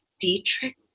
Dietrich